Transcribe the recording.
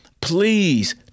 Please